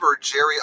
Jerry